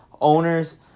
owners